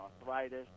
arthritis